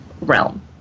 realm